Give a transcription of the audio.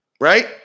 Right